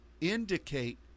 indicate